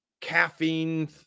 caffeine